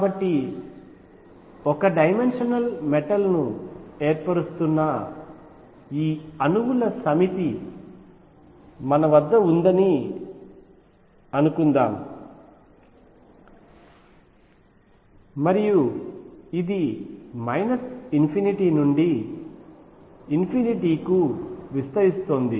కాబట్టి ఒక dimensional metal ను ఏర్పరుస్తున్న ఈ అణువుల సమితి మన వద్ద ఉందని అనుకుందాం మరియు ఇది ∞ నుండి విస్తరిస్తోంది